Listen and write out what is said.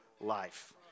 life